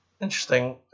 Interesting